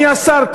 אדוני השר,